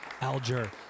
Alger